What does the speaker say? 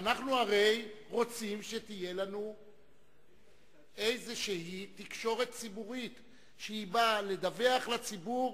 ואנחנו הרי רוצים שתהיה לנו איזו תקשורת ציבורית שבאה לדווח לציבור